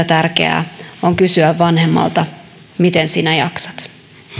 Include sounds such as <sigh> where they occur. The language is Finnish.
<unintelligible> tärkeää on kysyä vanhemmalta miten sinä jaksat